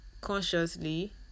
consciously